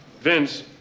Vince